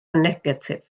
negatif